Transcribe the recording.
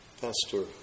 Pastor